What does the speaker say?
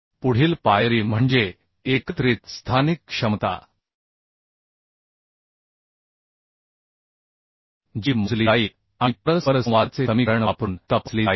पुढील पायरी म्हणजे एकत्रित स्थानिक क्षमता जी मोजली जाईल आणि परस्परसंवादाचे समीकरण वापरून तपासली जाईल